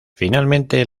finalmente